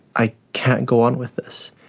i can't go on with this.